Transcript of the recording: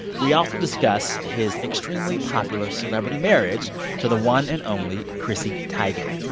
we also discuss his extremely popular celebrity marriage to the one and only chrissy teigen.